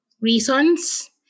reasons